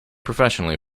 professionally